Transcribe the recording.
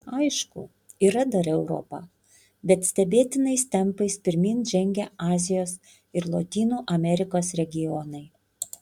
aišku yra dar europa bet stebėtinais tempais pirmyn žengia azijos ir lotynų amerikos regionai